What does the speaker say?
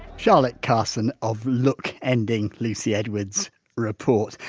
whitecharlotte carson of look ending lucy edwards report.